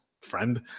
friend